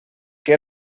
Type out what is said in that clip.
que